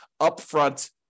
upfront